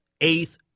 eighth